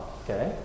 okay